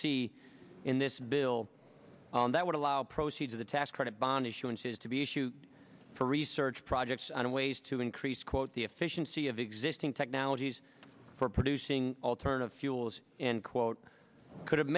c in this bill that would allow proceeds of the tax credit bond issuance is to be issued for research projects on ways to increase quote the efficiency of existing technologies for producing alternative fuels and quote could have